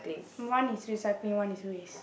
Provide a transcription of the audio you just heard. one is recycling one is waste